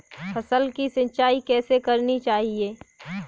फसल की सिंचाई कैसे करनी चाहिए?